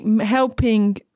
helping